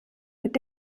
mit